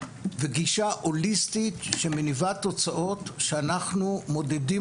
בגישה הוליסטית שמניבה תוצאות שאותן אנחנו מודדים